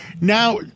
Now